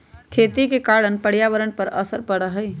खेती के कारण पर्यावरण पर असर पड़ा हई